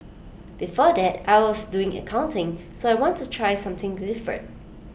before that I was doing accounting so I want to try something different